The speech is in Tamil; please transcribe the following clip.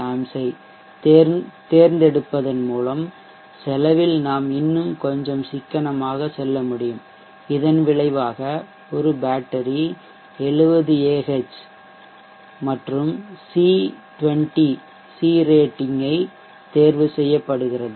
65A ஐத் தேர்ந்தெடுப்பதன் மூலம் செலவில் நாம் இன்னும் கொஞ்சம் சிக்கனமாக செல்ல முடியும் இதன் விளைவாக ஒரு பேட்டரி 70Ah மற்றும் C20 ரேட்டிங்க் தேர்வு செய்யப்படுகிறது